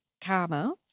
karma